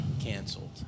canceled